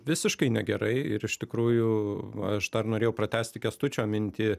visiškai negerai ir iš tikrųjų aš dar norėjau pratęsti kęstučio mintį